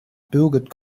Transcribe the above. birgit